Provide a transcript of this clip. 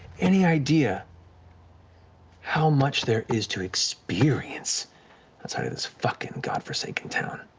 any idea how much there is to experience outside of this fucking god-forsaken town?